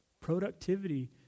productivity